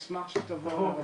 אנחנו נשמח שתבואו לראות.